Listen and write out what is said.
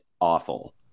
awful